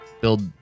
build